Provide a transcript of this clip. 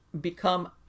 become